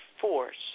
force